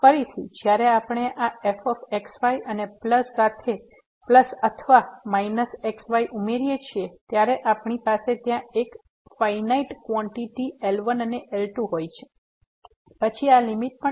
ફરીથી જ્યારે આપણે આ fx y અને પ્લ્સ અથવા માઈનસ x y ઉમેરીએ છીએ ત્યારે આપણી પાસે ત્યાં ફાઈનાઈટ ક્વોન્ટીટી L1 અને L2 હોય છે પછી આ લીમીટ પણ L1L2 હશે